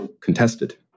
contested